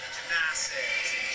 Gymnastics